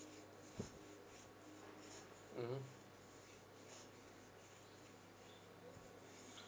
mmhmm